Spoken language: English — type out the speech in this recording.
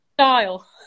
style